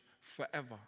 forever